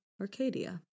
Arcadia